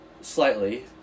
Slightly